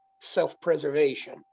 self-preservation